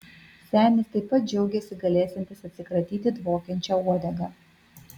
senis taip pat džiaugėsi galėsiantis atsikratyti dvokiančia uodega